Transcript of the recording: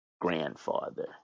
grandfather